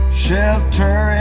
shelter